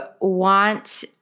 want